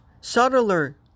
subtler